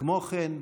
כמו כן,